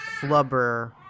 Flubber